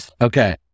okay